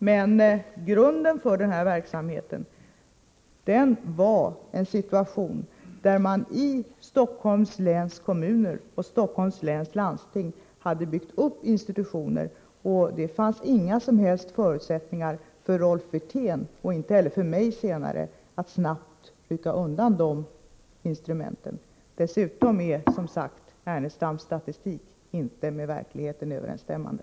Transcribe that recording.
Men grunden för den här verksamheten var den situation som rådde, nämligen att man inom Stockholms läns kommuner och Stockholms läns landsting hade byggt upp institutioner. Det fanns inga som helst förutsättningar för Rolf Wirtén — och senare inte heller för mig — att snabbt rycka undan de instrumenten. Dessutom är, som sagt, Ernestams statistik inte med verkligheten överensstämmande.